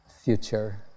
future